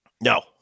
No